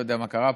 לא יודע מה קרה,